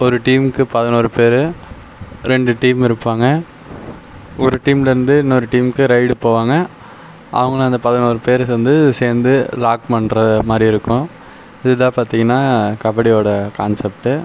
ஒரு டீமுக்கு பதினோரு பேர் ரெண்டு டீம் இருப்பாங்க ஒரு டீம்லிருந்து இன்னொரு டீம்க்கு ரைட் போவாங்க அவங்க அந்த பதினோரு பேர் சேர்ந்து லாக் பண்ணற மாதிரி இருக்கும் இதுதான் பார்த்தீங்கன்னா கபடியோட கான்செப்ட்